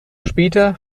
später